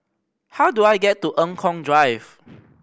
how do I get to Eng Kong Drive